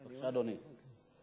אדוני, בבקשה.